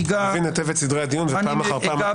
מבין היטב את סדרי הדיון ופעם אחר פעם אתה